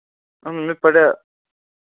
اَہن حظ مےٚ پریو